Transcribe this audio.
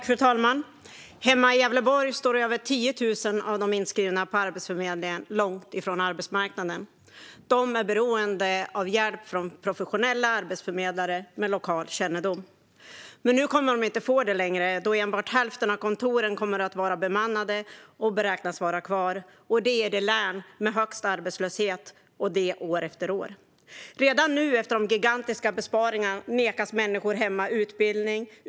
Fru talman! Hemma i Gävleborg står över 10 000 av de inskrivna på Arbetsförmedlingen långt ifrån arbetsmarknaden. De är beroende av hjälp från professionella arbetsförmedlare med lokal kännedom. Men nu kommer de inte att få det längre då enbart hälften av kontoren beräknas vara kvar - och det i det län som har högst arbetslöshet år efter år. Redan nu efter de gigantiska besparingarna nekas människor hemma utbildning.